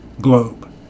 Globe